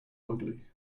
ugly